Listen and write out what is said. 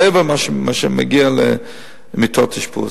מעבר למה שמגיע למיטות אשפוז.